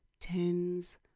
tens